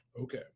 Okay